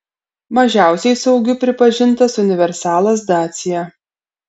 mažiausiai saugiu pripažintas universalas dacia